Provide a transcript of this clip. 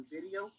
video